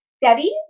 Debbie